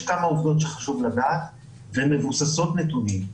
יש כמה עובדות שחשוב לדעת והן מבוססות נתונים.